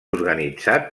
organitzat